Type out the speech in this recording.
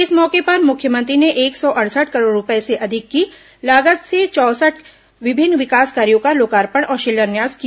इस मौके पर मुख्यमंत्री ने एक सौ अड़सठ करोड़ रूपये से अधिक की लागत के चौसठ विभिन्न विकास कार्यों का लोकार्पण और शिलान्यास किया